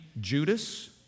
Judas